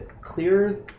clear